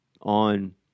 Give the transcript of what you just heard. on